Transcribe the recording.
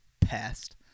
pest